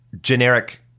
generic